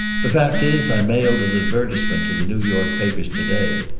the fact is, i mailed an advertisement to the new york papers to-day.